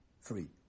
free